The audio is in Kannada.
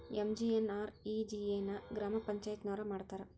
ಎಂ.ಜಿ.ಎನ್.ಆರ್.ಇ.ಜಿ.ಎ ನ ಗ್ರಾಮ ಪಂಚಾಯತಿಯೊರ ಮಾಡ್ತಾರಾ?